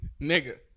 nigga